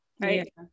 right